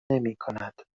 نمیکند